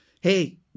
Hey